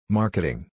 marketing